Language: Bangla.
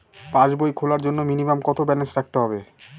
পাসবই খোলার জন্য মিনিমাম কত ব্যালেন্স রাখতে হবে?